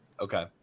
Okay